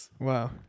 wow